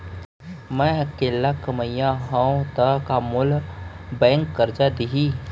मैं अकेल्ला कमईया हव त का मोल बैंक करजा दिही?